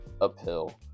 uphill